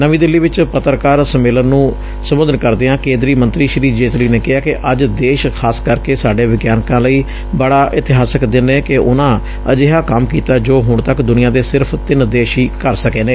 ਨਵੀਂ ਦਿੱਲੀ ਵਿਚ ਪੱਤਕਰਾਰ ਸੰਮੇਲਨ ਨੂੰ ਸੰਬੋਧਨ ਕਰਦਿਆਂ ਕੇਂਦਰੀ ਮੰਤਰੀ ਸ੍ਰੀ ਜੇਤਲੀ ਨੇ ਕਿਹਾ ਕਿ ਅੱਜ ਦੇਸ਼ ਖ਼ਾਸ ਕਰਕੇ ਸਾਡੇ ਵਿਗਿਆਨਕਾਂ ਲਈ ਬੜਾ ਇਤਿਹਾਸਕ ਦਿਨ ਏ ਕਿ ਉਨ੍ਹਾਂ ਅਜਿਹਾ ਕੰਮ ਕੀਤੈ ਜੋ ਹੁਣ ਤੱਕ ਦੁਨੀਆਂ ਦੇ ਸਿਰਫ਼ ਤਿੰਨ ਦੇਸ਼ ਹੀ ਕਰ ਸਕੇ ਨੇ